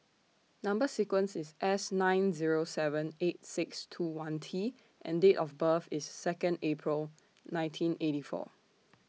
Number sequence IS S nine Zero seven eight six two one T and Date of birth IS Second April nineteen eighty four